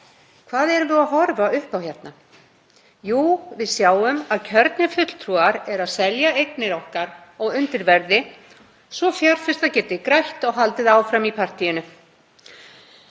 Hvað erum við að horfa upp á hérna? Jú, við sjáum að kjörnir fulltrúar eru að selja eignir okkar á undirverði svo að fjárfestar geti grætt og haldið áfram í partíinu